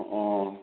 অঁ